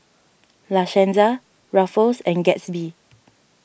La Senza Ruffles and Gatsby